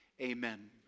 amen